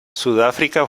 sudáfrica